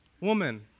woman